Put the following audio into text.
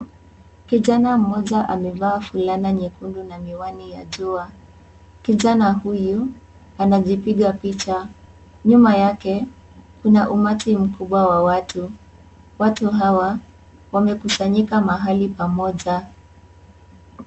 Kijana mmoja amevaa fulana nyekundu na miwani ya jua. Kijana huyu anajipiga picha. Nyuma yake kuna umati mkubwa wa watu. Watu hawa wamekusanyika mahali pamoja.